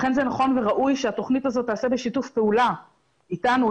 לכן זה נכון וראוי שהתוכנית הזאת תיעשה בשיתוף פעולה איתנו,